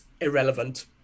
irrelevant